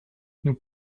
nous